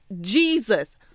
Jesus